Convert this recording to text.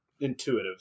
Intuitive